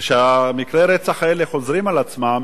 ומקרי הרצח האלה חוזרים על עצמם.